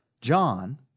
John